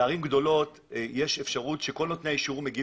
בערים גדולות יש אפשרות שכל נותני האישור מגיעים